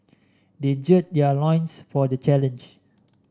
they gird their loins for the challenge